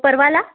परवाला